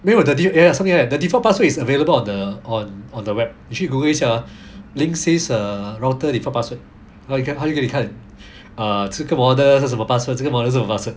没有 the default eh ya something like that the default password is available on the on the on the web 你去 google 一下 uh linksys uh router default password 他会他会给你看 uh 这个 model 是什么 password 那个是什么 password